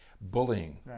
bullying